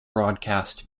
broadcast